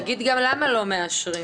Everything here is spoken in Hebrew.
תגיד למה לא מאשרים.